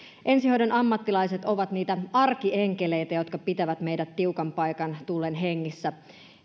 ensihoidon ammattilaiset ovat niitä arkienkeleitä jotka pitävät meidät tiukan paikan tullen hengissä